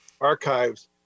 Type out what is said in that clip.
archives